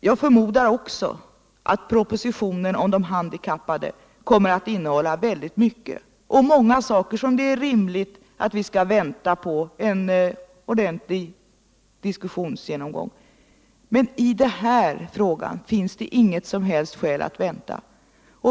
Jag förmodar också att propositionen om de handikappade kommer att innehålla väldigt mycket — även många förslag som vi rimligen kan vänta på för att få en ordentlig diskussionsgenomgång. Men i den här frågan finns det inget som helst skäl att vänta.